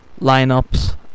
lineups